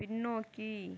பின்னோக்கி